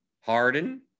Harden